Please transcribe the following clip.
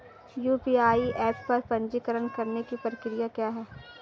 UPI app पर पंजीकरण करने की प्रक्रिया क्या है?